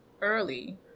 early